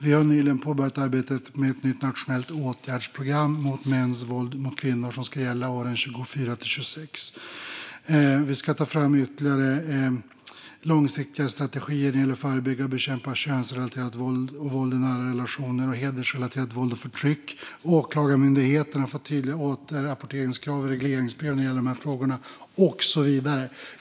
Vi har nyligen påbörjat arbetet med ett nytt nationellt åtgärdsprogram mot mäns våld mot kvinnor som ska gälla 2024-2026. Vi ska ta fram ytterligare en långsiktigare strategi när det gäller att förebygga och bekämpa könsrelaterat våld, våld i nära relationer och hedersrelaterat våld och förtryck. Åklagarmyndigheten har fått tydligare återrapporteringskrav i regleringsbrevet när det gäller de här frågorna - och så vidare.